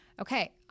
Okay